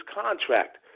contract